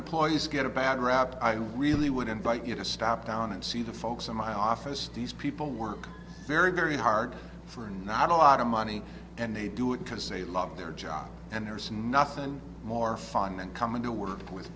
employees get a bad rap i really would invite you to stop down and see the folks in my office these people work very very hard for not a lot of money and they do it because a lot of their job and there's nothing more fun and coming to work with